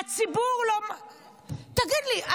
--- תגיד לי,